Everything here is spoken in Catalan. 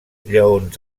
lleons